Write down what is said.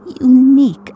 unique